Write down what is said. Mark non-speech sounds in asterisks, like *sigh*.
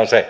*unintelligible* on se